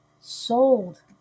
sold